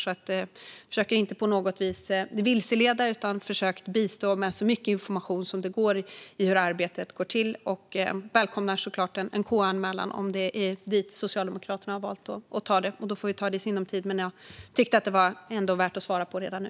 Jag försöker alltså inte på något vis vilseleda, utan jag har försökt bistå med så mycket information som det går om hur arbetet går till. Jag välkomnar såklart en KU-anmälan om det är dit Socialdemokraterna har valt att ta det, och i så fall får vi ta det i sinom tid. Jag tyckte ändå att det var värt att svara på det redan nu.